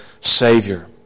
Savior